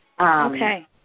Okay